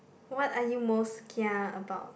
what are you most kia about